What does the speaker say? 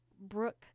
Brooke